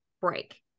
break